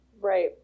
Right